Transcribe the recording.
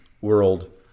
world